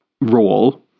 role